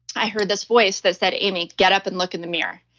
i heard this voice that said, amy, get up and look in the mirror.